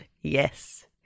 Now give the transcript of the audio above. Yes